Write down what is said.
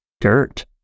dirt